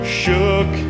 shook